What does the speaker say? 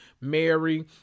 Mary